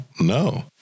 No